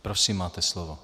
Prosím, máte slovo.